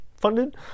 funded